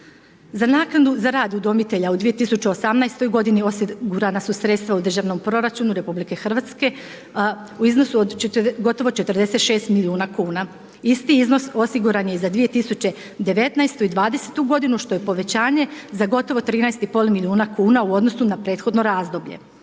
Za naknadu za rad udomitelja u 2018. godinu osigurana su sredstva u Državnom proračunu Republike Hrvatske u iznosu od gotovo 46 milijuna kuna. Isti iznos osiguran je i za 2019. i 2020. godinu što je povećanje za gotovo 13 i pol milijuna kuna u odnosu na prethodno razdoblje.